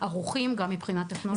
וערוכים גם מבחינה טכנולוגית.